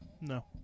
No